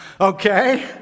Okay